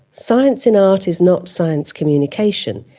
science in art is not science communication,